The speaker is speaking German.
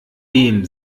dem